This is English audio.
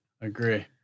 agree